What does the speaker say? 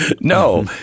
no